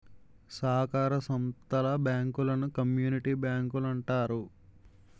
సాకార సంత్తల బ్యాంకులను కమ్యూనిటీ బ్యాంకులంటారు